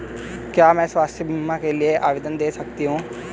क्या मैं स्वास्थ्य बीमा के लिए आवेदन दे सकती हूँ?